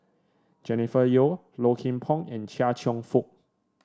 Jennifer Yeo Low Kim Pong and Chia Cheong Fook